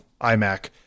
iMac